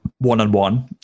one-on-one